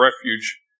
refuge